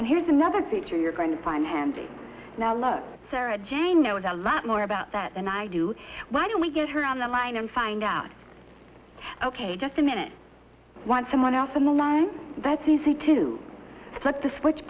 and here's another feature you're going to find handy now look sarah jane knows a lot more about that than i do why don't we get her on the line and find out ok just a minute one someone else in the line that's easy to flip the switch